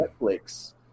Netflix